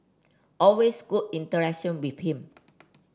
always good interaction with him